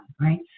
right